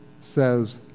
says